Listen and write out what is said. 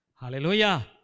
Hallelujah